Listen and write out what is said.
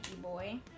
boy